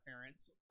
parents